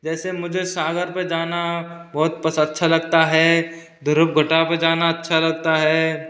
जेसे मुझे सागर पर जाना बहुत पस अच्छा लगता है दूरवटा पे जाना अच्छा लगता है